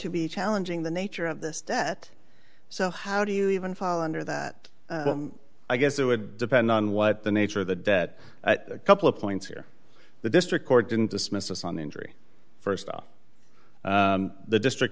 to be challenging the nature of this debt so how do you even fall under that i guess it would depend on what the nature of the debt a couple of points here the district court didn't dismiss on the injury st off the district